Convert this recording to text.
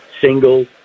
single